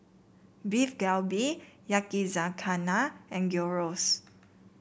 Beef Galbi Yakizakana and Gyros